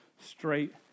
straight